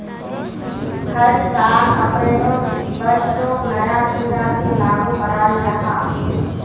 हर साल अप्रैलोत बजटोक नया सिरा से लागू कराल जहा